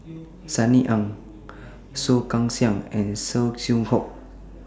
Sunny Ang Soh Kay Siang and Saw Swee Hock